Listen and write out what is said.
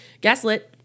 Gaslit